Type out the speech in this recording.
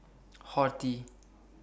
Horti